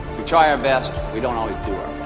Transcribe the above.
we try our best we don't always do our